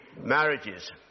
marriages